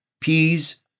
peas